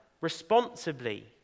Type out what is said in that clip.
responsibly